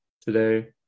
today